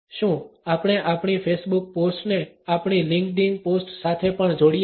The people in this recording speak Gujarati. શું આપણે આપણી ફેસબુક પોસ્ટ ને આપણી લિંકડઈન પોસ્ટ સાથે પણ જોડીએ છીએ